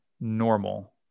normal